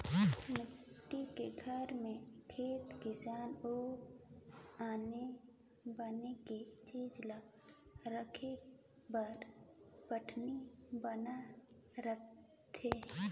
माटी के घर में खेती किसानी अउ आनी बानी के चीज ला राखे बर पटान्व बनाए रथें